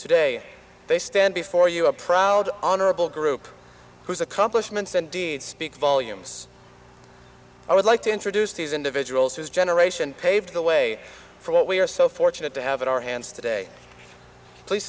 today they stand before you a proud honorable group whose accomplishments and deeds speak volumes i would like to introduce these individuals whose generation paved the way for what we are so fortunate to have in our hands today please